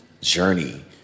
journey